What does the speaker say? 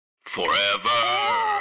Forever